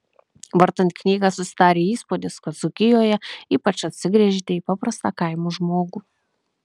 vartant knygą susidarė įspūdis kad dzūkijoje ypač atsigręžėte į paprastą kaimo žmogų